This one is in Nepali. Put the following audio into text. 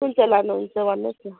कुन चाहिँ लानुहुन्छ भन्नुहोस् न